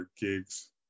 gigs